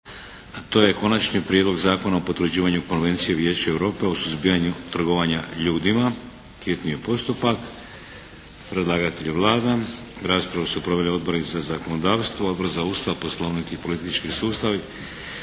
–- Konačni prijedlog Zakona o potvrđivanju Konvencije Vijeća Europe o suzbijanju trgovanja ljudima, hitni postupak, prvo i drugo čitanje P.Z. br. 703 Predlagatelj je Vlada. Raspravu su proveli Odbori za zakonodavstvo, Odbor za Ustav, Poslovnik i politički sustav